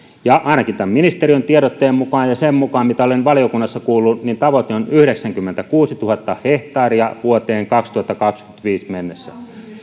ainakin tämän ministeriön tiedotteen mukaan ja sen mukaan mitä olen valiokunnassa kuullut tavoite on yhdeksänkymmentäkuusituhatta hehtaaria vuoteen kaksituhattakaksikymmentäviisi mennessä